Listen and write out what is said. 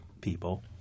people